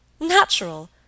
Natural